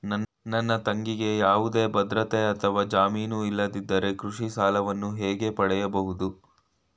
ನನ್ನ ತಂಗಿಗೆ ಯಾವುದೇ ಭದ್ರತೆ ಅಥವಾ ಜಾಮೀನು ಇಲ್ಲದಿದ್ದರೆ ಕೃಷಿ ಸಾಲವನ್ನು ಹೇಗೆ ಪಡೆಯಬಹುದು?